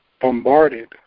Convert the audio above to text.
bombarded